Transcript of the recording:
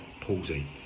palsy